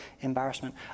embarrassment